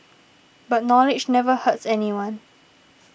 but knowledge never hurts anyone